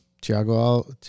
Tiago